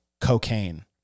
cocaine